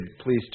please